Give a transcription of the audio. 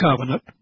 covenant